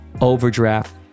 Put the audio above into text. overdraft